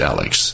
Alex